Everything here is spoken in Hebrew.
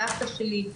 הסבתא שלי,